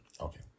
Okay